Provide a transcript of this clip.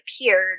appeared